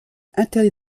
interdit